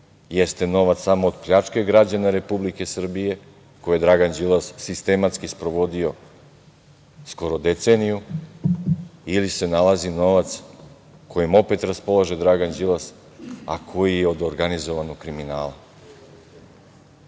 jeste novac samo od pljačke građana Republike Srbije koje je Dragan Đilas sistematski sprovodio skoro deceniju ili se nalazi novac kojim opet raspolaže Dragan Đilas, a koji je od organizovanog kriminala?